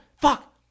fuck